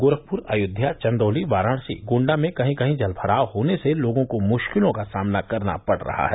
गोरखपुर अयोध्या चंदौली वाराणसी गोण्डा में कही कहीं जलभराव होने से लोगों को मुश्किलों का सामना करना पड़ रहा है